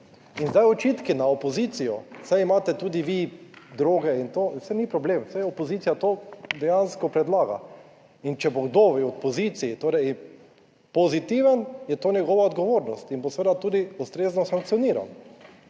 in zdaj očitki na opozicijo, saj imate tudi vi droge in to, saj ni problem, saj opozicija to dejansko predlaga. In če bo kdo v opoziciji, torej pozitiven, je to njegova odgovornost in bo seveda tudi ustrezno sankcioniran.